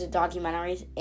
documentaries